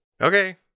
Okay